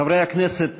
חברי הכנסת,